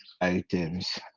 items